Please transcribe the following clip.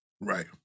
Right